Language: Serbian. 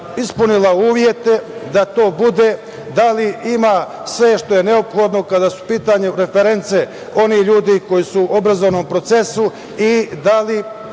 ispunila uslove da to bude, da li ima sve što je neophodno kada su u pitanju reference onih ljudi koji su u obrazovnom procesu i da li